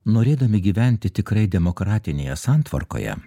norėdami gyventi tikrai demokratinėje santvarkoje